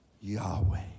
Yahweh